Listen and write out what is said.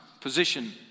Position